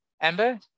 amber